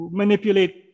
manipulate